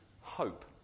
hope